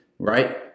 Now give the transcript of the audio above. right